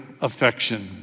affection